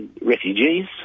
refugees